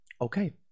Okay